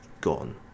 gone